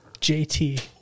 JT